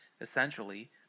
essentially